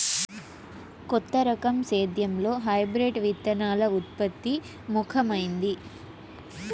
కొత్త రకం సేద్యంలో హైబ్రిడ్ విత్తనాల ఉత్పత్తి ముఖమైంది